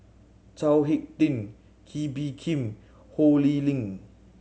Chao Hick Tin Kee Bee Khim Ho Lee Ling